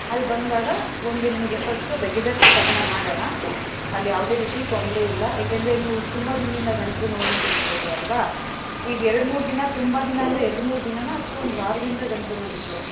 ಅಲ್ಲಿ ಬಂದಾಗ ಒಂದು ನಿಮಗೆ ಫಸ್ಟು ರೆಗ್ಯುಲರ್ ಚಕ್ ಅಪ್ಪನ್ನ ಮಾಡೋಣ ಅಲ್ಲಿ ಯಾವುದೇ ರೀತಿ ತೊಂದರೆಯಿಲ್ಲ ಯಾಕೇಂದರೆ ನೀವು ತುಂಬ ದಿನದಿಂದ ಗಂಟಲು ನೋವು ಅಂತ ಹೇಳ್ತಾ ಇದ್ದೀರ ಅಲ್ಲವಾ ಈಗ ಎರಡು ಮೂರು ದಿನ ತುಂಬ ದಿನ ಅಂದರೆ ಎರಡು ಮೂರು ದಿನನೋ ಅಥವಾ ಒಂದು ವಾರದಿಂದ ಗಂಟಲು ನೋವು ಇದೆಯೋ